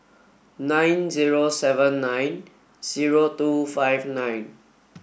nine zero seven nine zero two five nine